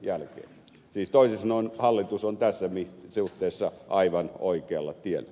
siis toisin sanoen hallitus on tässä suhteessa aivan oikealla tiellä